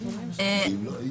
בקואליציה.